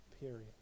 Period